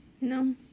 no